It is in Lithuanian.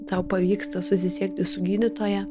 tau pavyksta susisiekti su gydytoja